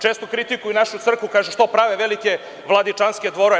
Često kritikuju našu crkvu, kažu – što prave velike vladičanske dvorove?